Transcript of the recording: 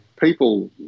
people